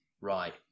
right